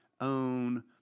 own